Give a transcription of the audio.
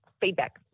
feedback